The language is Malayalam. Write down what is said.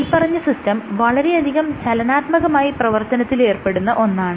മേല്പറഞ്ഞ സിസ്റ്റം വളരെയധികം ചലനാത്മകമായി പ്രവർത്തനത്തിൽ ഏർപ്പെടുന്ന ഒന്നാണ്